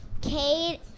Kate